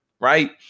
right